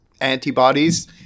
antibodies